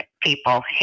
people